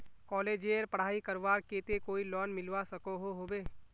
कॉलेजेर पढ़ाई करवार केते कोई लोन मिलवा सकोहो होबे?